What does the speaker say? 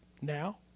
now